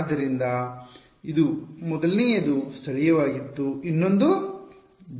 ಆದ್ದರಿಂದ ಇದು ಮೊದಲನೆಯದು ಸ್ಥಳೀಯವಾಗಿತ್ತು ಇನ್ನೊಂದು ಜಾಗತಿಕವಾಗಿತ್ತು